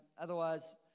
otherwise